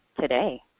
today